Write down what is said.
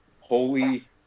holy